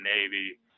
Navy